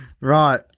Right